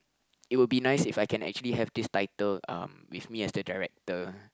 it will be nice if I can actually have this title um with me as the director